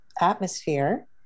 atmosphere